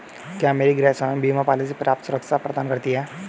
क्या मेरी गृहस्वामी बीमा पॉलिसी पर्याप्त सुरक्षा प्रदान करती है?